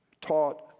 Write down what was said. taught